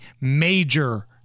major